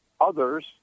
others